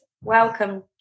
Welcome